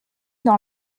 dans